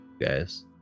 guys